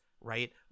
right